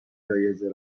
جایزه